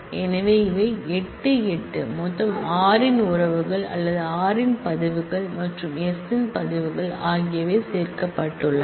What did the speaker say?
எனவே இவை 8 8 மொத்தம் r இன் ரிலேஷன்கள் அல்லது r இன் ரெக்கார்ட் கள் மற்றும் s இன் ரெக்கார்ட் கள் ஆகியவை சேர்க்கப்பட்டுள்ளன